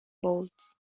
bolts